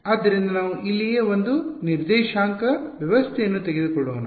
ಆದ್ದರಿಂದ ನಾವು ಇಲ್ಲಿಯೇ ಒಂದು ನಿರ್ದೇಶಾಂಕ ವ್ಯವಸ್ಥೆಯನ್ನು ತೆಗೆದುಕೊಳ್ಳೋಣ